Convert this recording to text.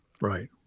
Right